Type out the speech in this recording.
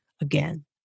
again